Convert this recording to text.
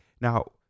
Now